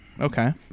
Okay